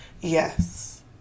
yes